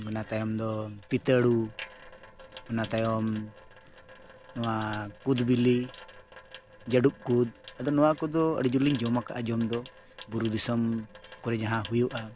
ᱚᱱᱟ ᱛᱟᱭᱚᱢ ᱫᱚ ᱯᱤᱛᱟᱹᱲᱩ ᱚᱱᱟ ᱛᱟᱭᱚᱢ ᱱᱚᱣᱟ ᱠᱩᱫ ᱵᱤᱞᱤ ᱡᱟᱹᱰᱩ ᱠᱩᱫ ᱟᱫᱚ ᱱᱚᱣᱟ ᱠᱚᱫᱚ ᱟᱹᱰᱤ ᱡᱳᱨᱞᱤᱧ ᱡᱚᱢ ᱟᱠᱟᱫᱼᱟ ᱡᱚᱢ ᱫᱚ ᱵᱩᱨᱩ ᱫᱤᱥᱚᱢ ᱠᱚᱨᱮ ᱡᱟᱦᱟᱸ ᱦᱩᱭᱩᱜᱼᱟ